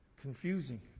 Confusing